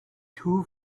two